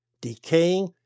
decaying